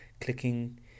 clicking